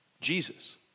Jesus